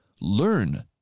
learn